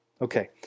Okay